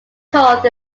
called